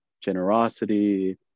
generosity